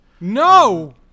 No